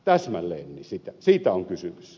täsmälleen siitä on kysymys